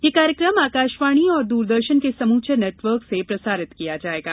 यह कार्यक्रम आकाशवाणी और द्रदर्शन के समूचे नेटवर्क से प्रसारित किया जाएगा